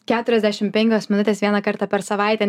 keturiasdešim penkios minutės vieną kartą per savaitę